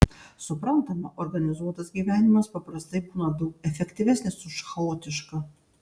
suprantama organizuotas gyvenimas paprastai būna daug efektyvesnis už chaotišką